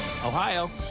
Ohio